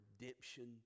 redemption